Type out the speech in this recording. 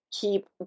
keep